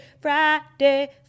Friday